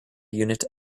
unit